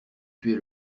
tuer